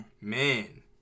Man